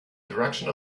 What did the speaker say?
direction